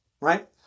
right